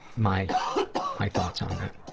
my my thoughts on that.